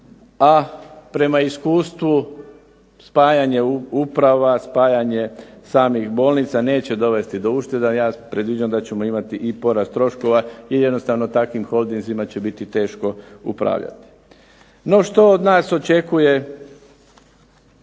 A prema iskustvu spajanje uprava, spajanje samih bolnica, neće dovesti do ušteda. Ja predviđam da ćemo imati porast troškova jel jednostavno takvim holdinzima biti će teško upravljati. No, što od nas očekuje